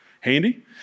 Handy